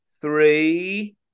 three